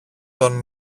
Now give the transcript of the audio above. των